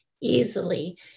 easily